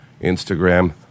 Instagram